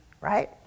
right